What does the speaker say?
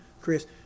Chris